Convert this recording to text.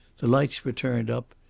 the lights were turned up,